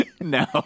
No